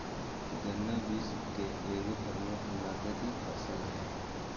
गन्ना विश्व के एगो प्रमुख नकदी फसल हइ